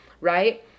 right